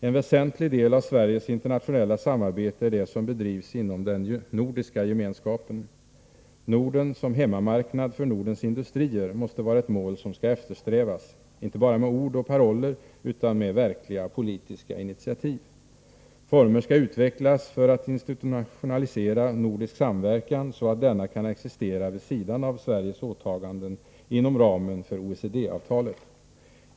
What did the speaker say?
En väsentlig del av Sveriges internationella samarbete är det som bedrivs inom den nordiska gemenskapen. Norden som hemmamarknad för Nordens industrier måste vara ett mål som skall eftersträvas, inte bara med ord och paroller utan med verkliga politiska initiativ. Former skall utvecklas för att institutionalisera nordisk samverkan, så att denna kan existera vid sidan av Sveriges åtaganden inom ramen för OECD-avtalet.